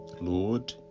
lord